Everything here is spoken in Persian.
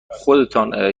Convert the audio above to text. خودتان